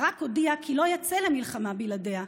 ברק הודיע כי לא יצא למלחמה בלעדיה,